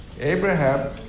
Abraham